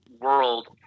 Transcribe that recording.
world